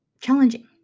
challenging